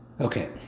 Okay